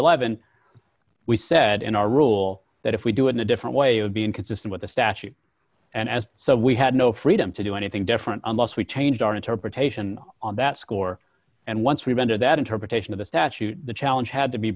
eleven we said in our rule that if we do it in a different way you would be inconsistent with the statute and as so we had no freedom to do anything different unless we changed our interpretation on that score and once we render that interpretation of the statute the challenge had to be